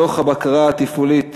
דוח הבקרה התפעולית